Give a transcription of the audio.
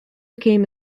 became